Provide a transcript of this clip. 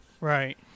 Right